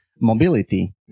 mobility